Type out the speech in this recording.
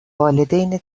والدین